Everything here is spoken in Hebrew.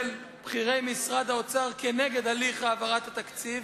בכירי משרד האוצר נגד הליך העברת התקציב